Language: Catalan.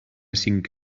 cinc